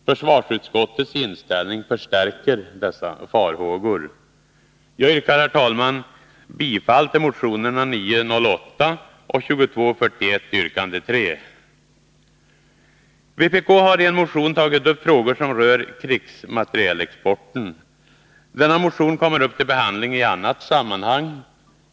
Försvarsutskottets inställning förstärker dessa farhågor. Jag yrkar, herr talman, bifall till motionerna 908 och 2241, yrkande 3. Vpk har i en motion tagit upp frågor som rör krigsmaterielexporten. Denna motion kommer upp till behandling i annat sammanhang.